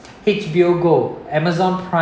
H_B_O Go Amazon Prime